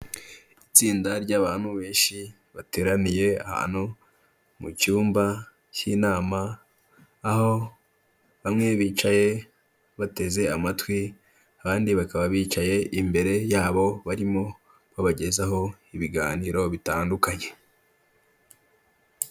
Itsinda ry'abantu benshi, bateraniye ahantu mu cyumba cy'inama, aho bamwe bicaye bateze amatwi, abandi bakaba bicaye imbere yabo, barimo babagezaho ibiganiro bitandukanye.